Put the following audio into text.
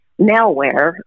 malware